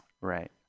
Right